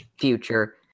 future